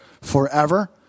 forever